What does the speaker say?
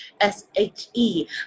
S-H-E